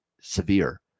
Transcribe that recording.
severe